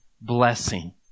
blessing